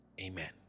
Amen